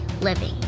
living